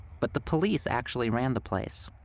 but the police actually ran the place.